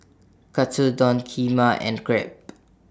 Katsudon Kheema and Crepe